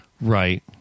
Right